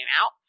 out